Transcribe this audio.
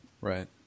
right